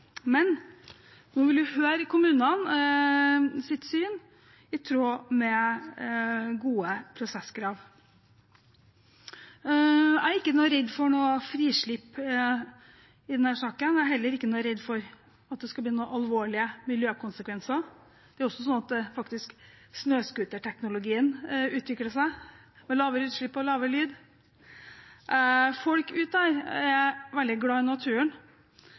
Men nå vil vi høre kommunenes syn, i tråd med gode prosesskrav. Jeg er ikke redd for noe frislipp i denne saken. Jeg er heller ikke noe redd for at det skal bli alvorlige miljøkonsekvenser. Det er også sånn at snøscooterteknologien faktisk utvikler seg, med lavere utslipp og lavere lyd. Folk der ute er veldig glad i naturen.